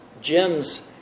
gems